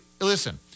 listen